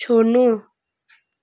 छोड्नु